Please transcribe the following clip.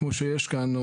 כמו שיש כאן,